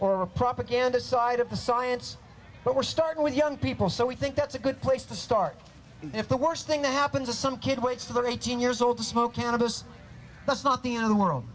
or propaganda side of the science but we're starting with young people so we think that's a good place to start if the worst thing to happen to some kid waits for eighteen years old to smoke cannabis that's not the end of the world